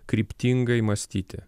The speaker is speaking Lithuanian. kryptingai mąstyti